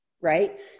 right